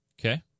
Okay